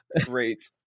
great